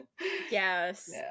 yes